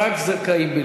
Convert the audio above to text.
רק זכאים.